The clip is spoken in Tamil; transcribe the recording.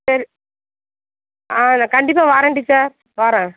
சரி ஆ நான் கண்டிப்பாக வாரேன் டீச்சர் வாரேன்